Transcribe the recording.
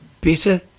better